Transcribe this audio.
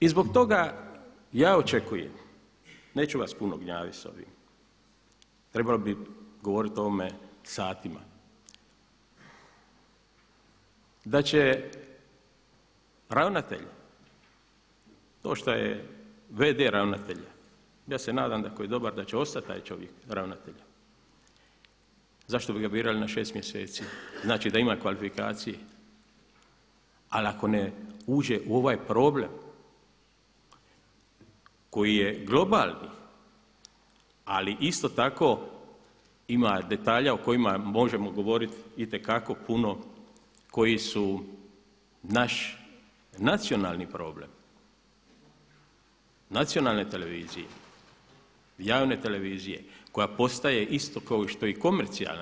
I zbog toga ja očekujem, neću vas puno gnjaviti s ovim, trebalo bi govoriti o ovome satima da će ravnatelj, to šta je v.d. ravnatelja, ja se nadam ako je dobar da će ostati taj čovjek ravnatelj, zašto bi ga birali na 6 mjeseci, znači da ima kvalifikacije, ali ako ne uđe u ovaj problem koji je globalni ali isto tako ima detalja o kojima možemo govoriti itekako puno koji su naš nacionalni problem, nacionalne televizije, javne televizije koja postaje isto kao što i komercijalna.